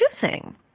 choosing